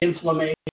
Inflammation